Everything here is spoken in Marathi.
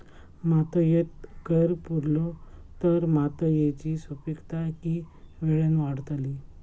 मातयेत कैर पुरलो तर मातयेची सुपीकता की वेळेन वाडतली?